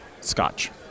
Scotch